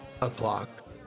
o'clock